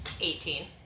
Eighteen